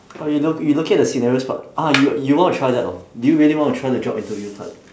oh you look~ you looking at the scenarios part ah y~ you want to try that hor do you really want to try the job interview part